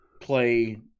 play